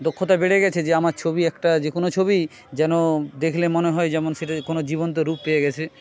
দক্ষতা বেড়ে গেছে যে আমার ছবি একটা যে কোনও ছবি যেন দেখলে মনে হয় যেমন সেটা কোনও জীবন্ত রূপ পেয়ে গেছে